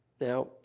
Now